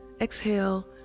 exhale